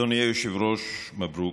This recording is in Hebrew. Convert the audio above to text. אדוני היושב-ראש, מברוכ,